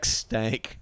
stank